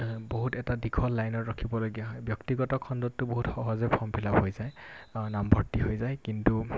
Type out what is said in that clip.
বহুত এটা দীঘল লাইনত ৰখিবলগীয়া হয় ব্যক্তিগত খণ্ডততো বহুত সহজে ফৰ্ম ফিল আপ হৈ যায় নামভৰ্তি হৈ যায় কিন্তু